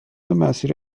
مسیر